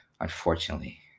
unfortunately